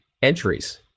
entries